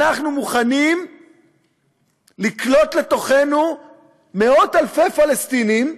אנחנו מוכנים לקלוט לתוכנו מאות אלפי פלסטינים,